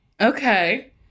Okay